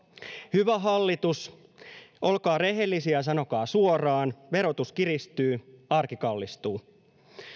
hyvä hallitus olkaa rehellisiä ja sanokaa suoraan verotus kiristyy arki kallistuu